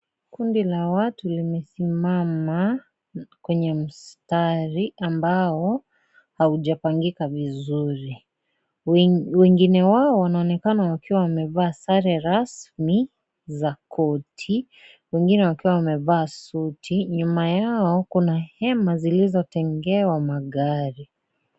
Kundi la watu limesimama kwenye mstari ambao haujapangika vizuri. Wengine wao, wanaonekana wakiwa wamevaa sare rasmi za koti. Wengine wakiwa wamevaa suti. Nyuma yao, kuna hema zilizotengewa magari.